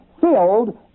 filled